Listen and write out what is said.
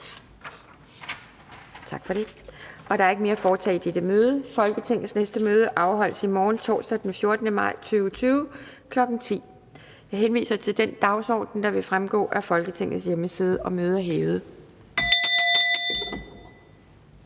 Kjærsgaard): Der er ikke mere at foretage i dette møde. Folketingets næste møde afholdes i morgen, torsdag den 14. maj 2020, kl. 10.00. Jeg henviser til den dagsorden, der vil fremgå af Folketingets hjemmeside. Mødet er hævet.